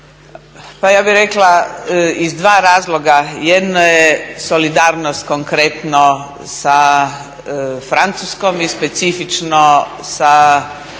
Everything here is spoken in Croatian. pa ja bih rekla iz dva razloga, jedno je solidarnost konkretno sa Francuskom i specifično sa